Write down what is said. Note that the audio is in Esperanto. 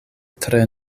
tre